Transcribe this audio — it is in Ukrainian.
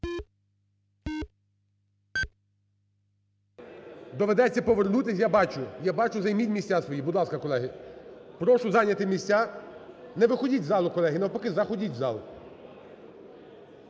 Доведеться повернутись, я бачу. Я бачу, займіть місця свої. Будь ласка, колеги, прошу зайняти місця. Не виходьте із залу колеги, навпаки заходьте у зал.